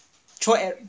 throw